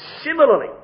similarly